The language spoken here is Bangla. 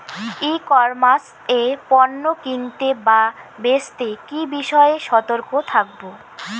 ই কমার্স এ পণ্য কিনতে বা বেচতে কি বিষয়ে সতর্ক থাকব?